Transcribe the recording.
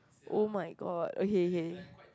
oh-my-god okay okay